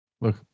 Look